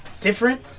different